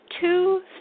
two